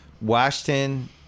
Washington